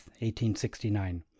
1869